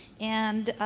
and